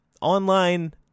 Online